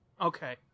okay